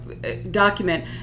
document